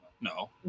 No